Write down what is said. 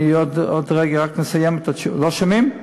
עוד רגע, רק נסיים את התשובה, לא שומעים?